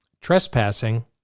Trespassing